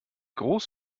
groß